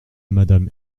madame